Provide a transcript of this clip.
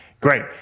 great